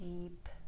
Deep